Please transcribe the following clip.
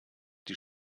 die